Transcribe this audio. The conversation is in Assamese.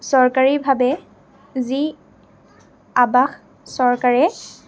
চৰকাৰীভাৱে যি আৱাস চৰকাৰে